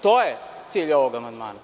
To je cilj ovog amandmana.